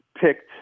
picked